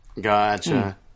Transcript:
Gotcha